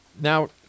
Now